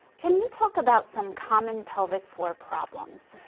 can you talk about some common pelvic floor problems?